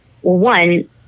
one